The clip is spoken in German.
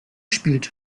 spielt